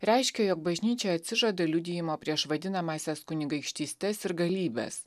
reiškia jog bažnyčia atsižada liudijimo prieš vadinamąsias kunigaikštystes ir galybes